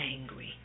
angry